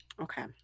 Okay